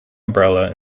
umbrella